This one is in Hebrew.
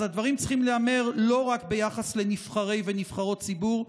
אז הדברים צריכים להיאמר לא רק ביחס לנבחרי ונבחרות ציבור,